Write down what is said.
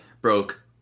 broke